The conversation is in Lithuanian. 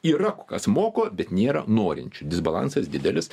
yra kas moko bet nėra norinčių disbalansas didelis